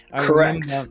Correct